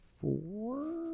four